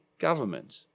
government